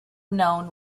known